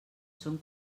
són